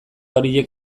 horiek